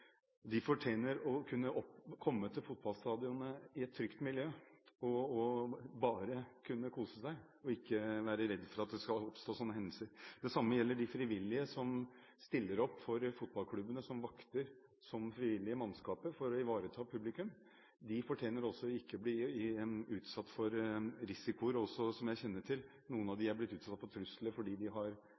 De fortjener å kunne komme til fotballstadionet i et trygt miljø og bare kunne kose seg – og ikke være redd for at det skal oppstå sånne hendelser. Det samme gjelder de frivillige som stiller opp for fotballklubbene som vakter, som frivillige mannskaper, for å ivareta publikum. De fortjener heller ikke å bli utsatt for risiko. Som jeg kjenner til, noen av dem er blitt utsatt for trusler fordi de har